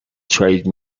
trade